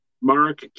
Mark